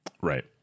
Right